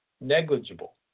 negligible